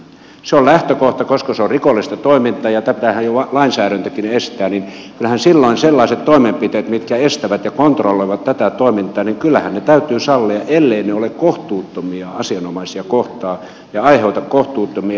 se on lähtökohta koska se on rikollista toimintaa ja tätähän jo lainsäädäntökin estää joten kyllähän silloin sellaiset toimenpiteet mitkä estävät ja kontrolloivat tätä toimintaa täytyy sallia elleivät ne ole kohtuuttomia asianomaisia kohtaan ja aiheuta kohtuuttomia inhimillisiä kärsimyksiä